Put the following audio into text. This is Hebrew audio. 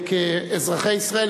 כאזרחי ישראל,